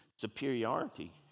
superiority